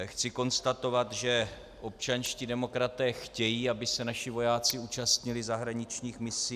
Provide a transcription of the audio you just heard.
Chci konstatovat, že občanští demokraté chtějí, aby se naši vojáci účastnili zahraničních misí.